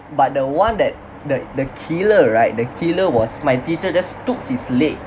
but the one that the the killer right the killer was my teacher just took his leg